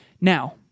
Now